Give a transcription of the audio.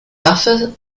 waffe